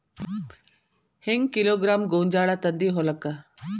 ಹೆಂಗ್ ಕಿಲೋಗ್ರಾಂ ಗೋಂಜಾಳ ತಂದಿ ಹೊಲಕ್ಕ?